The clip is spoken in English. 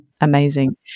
amazing